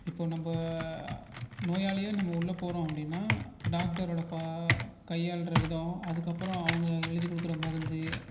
இப்போது நம்ம நோயாளியாக நம்ம உள்ளே போகிறோம் அப்படின்னா டாக்டரோட பா கையாள்கிற விதம் அதுக்கப்புறம் அவங்க எழுதி கொடுக்கற மருந்து